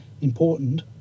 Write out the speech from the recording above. important